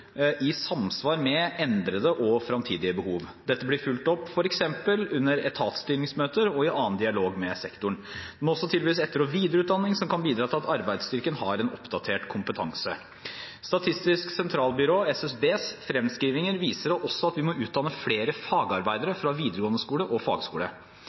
i samsvar med endrede og fremtidige behov. Dette blir fulgt opp f.eks. under etatsstyringsmøter og i annen dialog med sektoren. Det må også tilbys etter- og videreutdanning som kan bidra til at arbeidsstyrken har en oppdatert kompetanse. SSBs fremskrivinger viser også at vi må utdanne flere fagarbeidere fra videregående skole og fagskole.